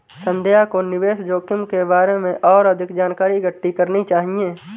संध्या को निवेश जोखिम के बारे में और अधिक जानकारी इकट्ठी करनी चाहिए